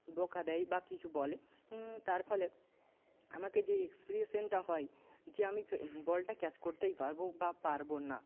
বকা দেয় বা কিছু বলে তার ফলে আমাকে যে এক্সপিরিয়েন্সটা হয় যে আমি বলটা ক্যাচ করতে পারবো বা পারবো না